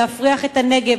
להפריח את הנגב,